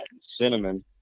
Cinnamon